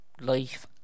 life